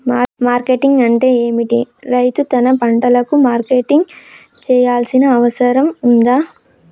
Marketing అంటే ఏమిటి? రైతు తన పంటలకు మార్కెటింగ్ చేయాల్సిన అవసరం ఉందా?